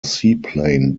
seaplane